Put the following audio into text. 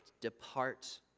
depart